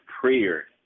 prayer